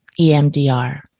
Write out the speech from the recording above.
EMDR